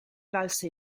valse